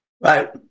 Right